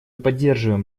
поддерживаем